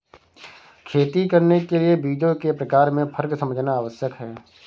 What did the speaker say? खेती करने के लिए बीजों के प्रकार में फर्क समझना आवश्यक है